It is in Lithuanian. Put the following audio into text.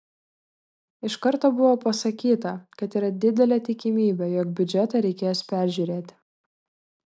iš karto buvo pasakyta kad yra didelė tikimybė jog biudžetą reikės peržiūrėti